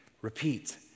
repeat